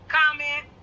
comment